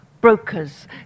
brokers